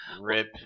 Rip